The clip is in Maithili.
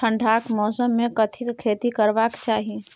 ठंडाक मौसम मे कथिक खेती करबाक चाही?